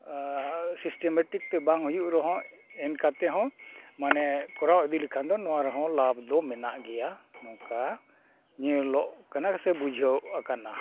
ᱥᱤᱥᱴᱮ ᱢᱮᱴᱤᱠ ᱛᱮ ᱵᱟᱝ ᱦᱩᱭᱩᱜ ᱨᱮᱦᱚᱸ ᱮᱱ ᱠᱟᱛᱮᱫ ᱦᱚᱸ ᱠᱚᱨᱟᱣ ᱤᱫᱤ ᱞᱮᱠᱷᱟᱱ ᱫᱚ ᱱᱚᱣᱟ ᱨᱮᱦᱚᱸ ᱞᱟᱵᱷ ᱫᱚ ᱢᱮᱱᱟᱜ ᱜᱮᱭᱟ ᱱᱚᱝᱠᱟ ᱧᱮᱞᱚᱜ ᱠᱟᱱᱟ ᱥᱮ ᱵᱩᱡᱷᱟᱹᱜ ᱠᱟᱱᱟ